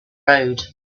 road